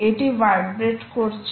এটি ভাইব্রেট করছে